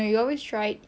ya